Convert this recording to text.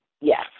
Yes